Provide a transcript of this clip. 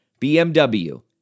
BMW